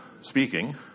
speaking